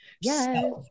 Yes